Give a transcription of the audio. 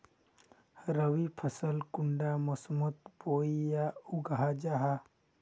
रवि फसल कुंडा मोसमोत बोई या उगाहा जाहा?